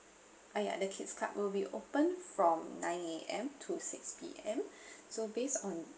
ah ya the kid's club will be open from nine A_M to six P_M so based on